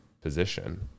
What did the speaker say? position